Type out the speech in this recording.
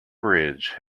bridge